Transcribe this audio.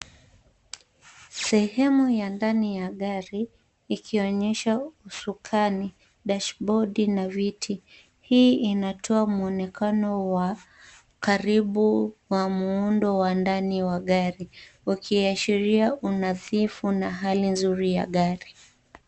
Sehemu ya ndani ya gari ikionyesha usukani, dashibodi na viti. Hii inatoa muonekano wa karibu wa muundo wa ndani wa gari. Ukiashiria unadhifu na hali nzuri ya gari.